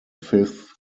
fifth